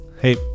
hey